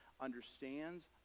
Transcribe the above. understands